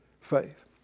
faith